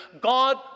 God